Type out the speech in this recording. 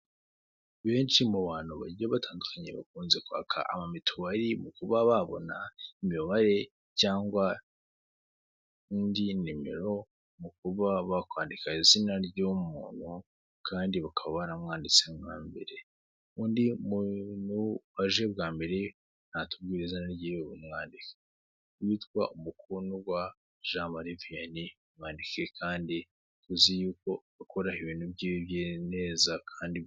Benshi mu bantu bagiye batandukanye bakunze kwaka aba mituwali mu kuba babona imibabare cyangwa indi nimero mu kuba bakwandika izina ry'umuntu kandi bakaba waramwanditse nka mbere undi mu baje bwa mbere natubwire izina ryiwe mu mwandiko, uwitwa umukundwa jean marie vianney mwandike kandi tuzi yuko ukora ibintu byibyiwe neza kandi.